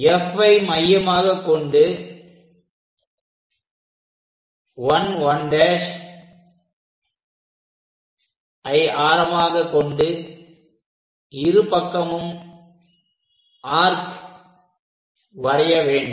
Fஐ மையமாகக்கொண்டு 1 1'ஐ ஆரமாக கொண்டு இரு பக்கமும் ஆர்க் வரைய வேண்டும்